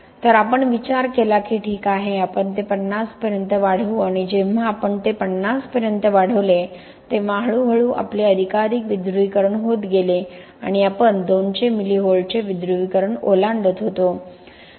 तर आपण विचार केला की ठीक आहे आपण ते 50 पर्यंत वाढवू आणि जेव्हा आपण ते 50 पर्यंत वाढवले तेव्हा हळूहळू आपले अधिकाधिक विध्रुवीकरण होत गेले आणि आपण 200 मिली व्होल्ट्सचे विध्रुवीकरण ओलांडत होतो